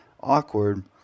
awkward